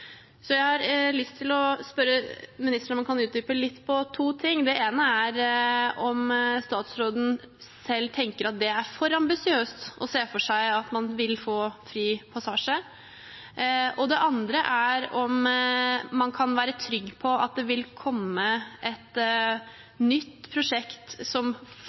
Så jeg har lyst til å spørre ministeren om han kan utdype litt to ting. Det ene er om statsråden selv tenker at det er for ambisiøst å se for seg at man vil få fri passasje. Det andre er om man kan være trygg på at det vil komme et nytt prosjekt som